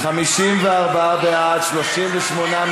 חברי הכנסת, ניגשים להצבעה.